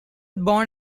born